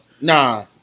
Nah